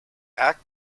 act